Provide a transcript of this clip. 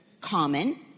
common